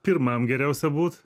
pirmam geriausia būt